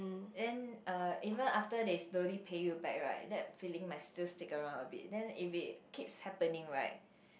then uh even after they slowly pay you back right that feeling might still stick around a bit then if it keeps happening right